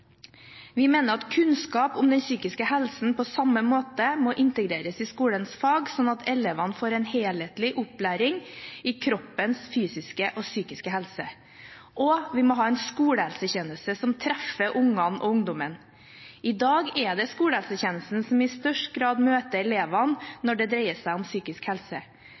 Vi mener at kunnskap om den psykiske helsen på samme måte må integreres i skolens fag, slik at elevene får en helhetlig opplæring i kroppens fysiske og psykiske helse, og vi må ha en skolehelsetjeneste som treffer ungene og ungdommen. I dag er det skolehelsetjenesten som i størst grad møter elevene når det dreier seg om psykisk helse.